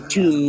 Two